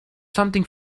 something